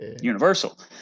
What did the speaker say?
universal